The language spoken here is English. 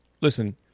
listen